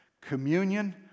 Communion